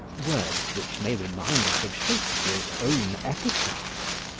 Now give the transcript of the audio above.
words which may remind us of shakespeare's own epitaph.